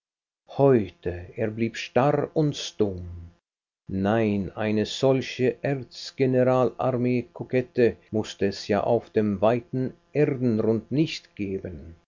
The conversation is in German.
heute er blieb starr und stumm nein eine solche erz general armee kokette mußte es ja auf dem weiten erdenrund nicht geben